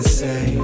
say